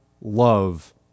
love